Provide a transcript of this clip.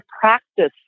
practice